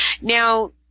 Now